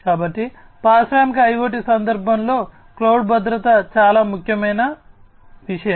కాబట్టి పారిశ్రామిక IOT సందర్భంలో క్లౌడ్ భద్రత చాలా ముఖ్యమైన విషయం